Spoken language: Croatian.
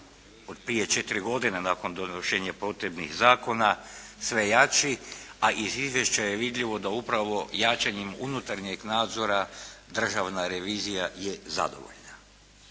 od prije četiri godine nakon donošenja potrebnih zakona sve jači, a iz izvješća je vidljivo da upravo jačanjem unutarnjeg nadzora Državna revizija je zadovoljna.